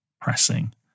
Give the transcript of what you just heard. pressing